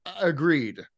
Agreed